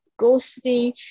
ghosting